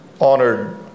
honored